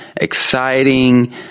exciting